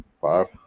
Five